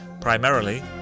Primarily